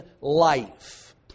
life